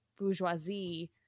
bourgeoisie